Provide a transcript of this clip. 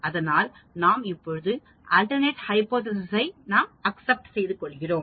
அதனால் நாம் இப்போது ஆல்டர்நெட் ஹைபோதேசிஸ் சை ந அக்சப்ட் செய்கிறோம்